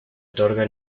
otorga